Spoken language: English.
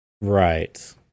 Right